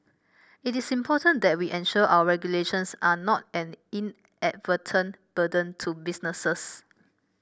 it is important that we ensure our regulations are not an inadvertent burden to businesses